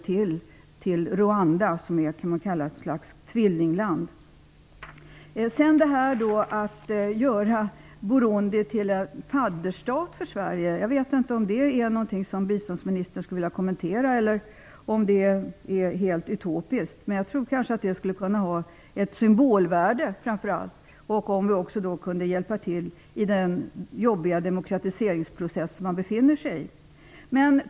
Det är ett slags tvillingland till Burundi. Jag vet inte om biståndsministern skulle vilja kommentera detta att göra Burundi till en fadderstat för Sverige eller om det är helt utopiskt. Jag tror att det kanske skulle kunna ha ett symbolvärde. Då kunde vi också hjälpa till i den jobbiga demokratiseringsprocessen där.